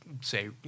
say